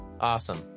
Awesome